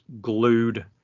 glued